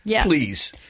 Please